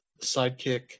sidekick